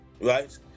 right